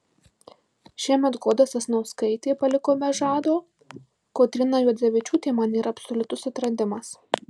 šiemet goda sasnauskaitė paliko be žado kotryna juodzevičiūtė man yra absoliutus atradimas